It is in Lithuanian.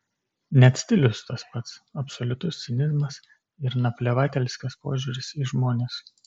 net stilius tas pats absoliutus cinizmas ir naplevatelskas požiūris į žmones